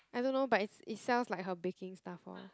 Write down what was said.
I don't know but it's it sells like her baking stuff lor